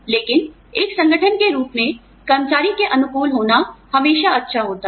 लेकिन एक संगठन के रूप में कर्मचारी के अनुकूल होना हमेशा अच्छा होता है